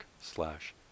slash